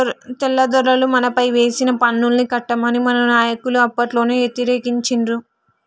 తెల్లదొరలు మనపైన వేసిన పన్నుల్ని కట్టమని మన నాయకులు అప్పట్లోనే యతిరేకించిండ్రు